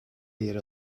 yer